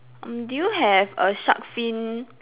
um do you have a shark fin